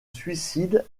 suicide